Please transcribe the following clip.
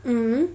mmhmm